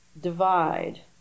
divide